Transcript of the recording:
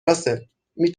راسل، می